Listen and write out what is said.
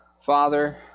Father